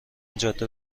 جاده